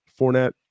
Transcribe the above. Fournette